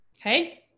Okay